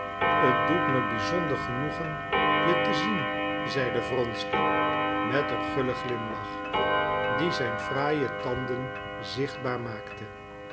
t doet me bizonder genoegen je te zien zeide wronsky met een gullen glimlach die zijn fraaie tanden zichtbaar maakte